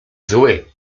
zły